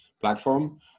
platform